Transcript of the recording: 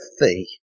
thee